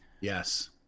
Yes